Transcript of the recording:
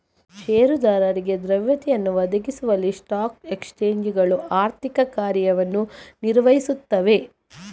ಷೇರುದಾರರಿಗೆ ದ್ರವ್ಯತೆಯನ್ನು ಒದಗಿಸುವಲ್ಲಿ ಸ್ಟಾಕ್ ಎಕ್ಸ್ಚೇಂಜುಗಳು ಆರ್ಥಿಕ ಕಾರ್ಯವನ್ನು ನಿರ್ವಹಿಸುತ್ತವೆ